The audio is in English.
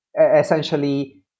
essentially